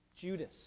Judas